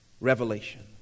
Revelation